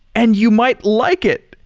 and you might like it.